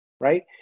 Right